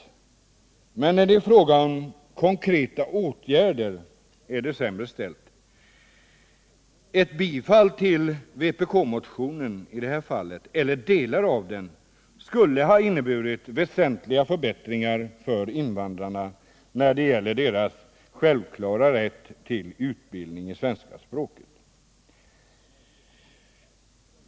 Men när det är fråga om konkreta åtgärder är det sämre ställt. Ett bifall till vpk-motionen — eller delar av den — skulle ha inneburit väsentliga förbättringar för invandrarna när det gäller deras självklara rätt till utbildning i svenska språket.